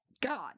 god